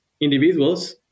individuals